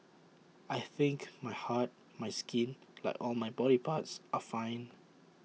I think my heart my skin like all my body parts are fine